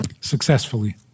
successfully